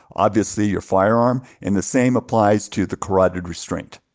obviously your firearm. and the same applies to the carotid restraint.